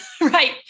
Right